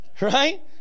Right